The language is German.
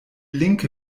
linke